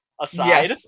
aside